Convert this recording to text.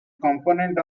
component